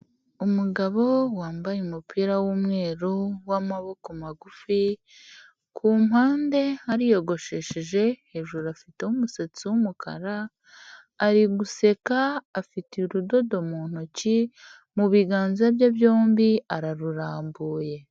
Umugabo wambaye umupira w'umweru w'amaboko magufi, kumpande ariyogoshesheje hejuru afiteho umusatsi w'umukara ari guseka, afite urudodo mu ntoki mu biganza bye byombi ararurambuye.